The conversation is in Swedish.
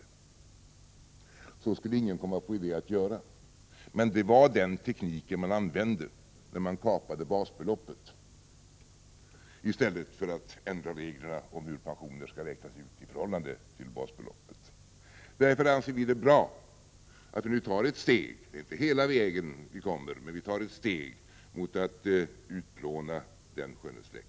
Ingen skulle komma på idén att göra det, men det var den tekniken som användes när basbeloppet kapades i stället för att reglerna ändrades för hur pensioner skall räknas ut i förhållande till basbeloppet. Därför är det bra att det nu tas ett steg, även om man inte kommer hela vägen, mot att utplåna den skönhetsfläcken.